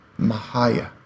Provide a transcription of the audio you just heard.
Mahaya